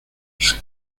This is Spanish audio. sus